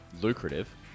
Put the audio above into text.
Lucrative